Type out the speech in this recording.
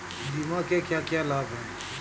बीमा के क्या क्या लाभ हैं?